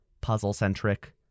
puzzle-centric